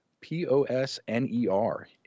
P-O-S-N-E-R